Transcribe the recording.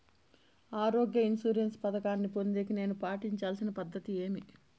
ఆరోగ్య ఇన్సూరెన్సు పథకాన్ని పొందేకి నేను పాటించాల్సిన పద్ధతి ఏమి?